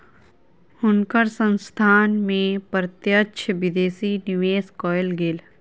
हुनकर संस्थान में प्रत्यक्ष विदेशी निवेश कएल गेल